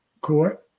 Court